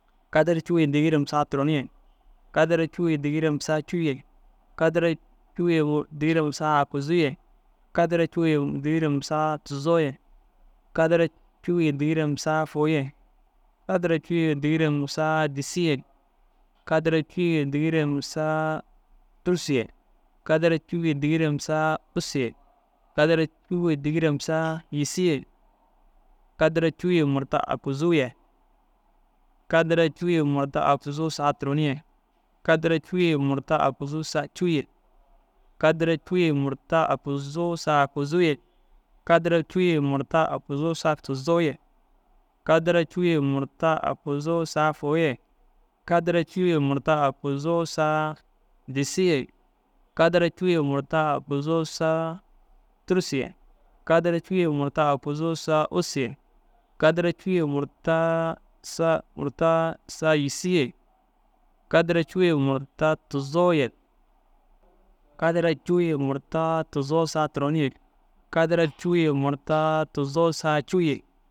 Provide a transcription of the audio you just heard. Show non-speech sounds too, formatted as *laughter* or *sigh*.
Kadara cûu ye dîgirem saa turon ye, kadara cûu ye dîgirem saa cûu ye, kadara cûu *hesitation* ye dîgirem saa akuzuu ye, kadara cûu ye dîgirem saa tuzoo ye, kadara cûu ye dîgirem saa fôu ye, kadara cûu ye dîgirem saa disii ye, kadara cûu ye dîgirem saaa tûrusu ye, kadara cûu ye dîgirem saa ussu ye, kadara cûu ye dîgirem saa yîsii ye, kadara cûu ye murta aguzuu ye. Kadara cûu ye murta aguzuu saa turon ye, kadara cûu ye murta aguzuu saa aguzuu ye, kadara cûu ye murta aguzuu saa tuzoo ye, kadara cûu ye murta aguzuu saa fôu ye, kadara cûu ye murta aguzuu saa disii ye, kadara cûu ye murta aguzuu saa tûrusu ye, kadara cûu ye murta aguzuu saa ussu ye, kadara cûu ye murtaa saa murtaa saa yîsii ye, kadara cûu ye murta tuzoo ye. Kadara cûu ye murta tuzoo saa turon ye, kadara cûu ye murta tuzoo saa cûu.